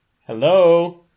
Hello